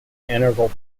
integral